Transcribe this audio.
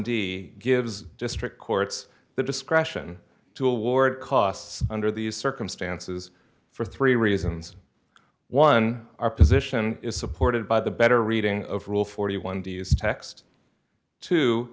d gives district courts the discretion to award costs under these circumstances for three reasons one our position is supported by the better reading of rule forty one to use text to